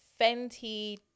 Fenty